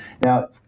Now